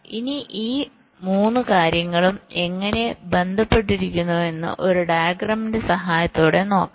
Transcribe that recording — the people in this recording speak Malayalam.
ഇനി ഈ 3 കാര്യങ്ങളും എങ്ങനെ ബന്ധപ്പെട്ടിരിക്കുന്നു എന്ന് ഒരു ഡയഗ്രാമിന്റെ സഹായത്തോടെ നോക്കാം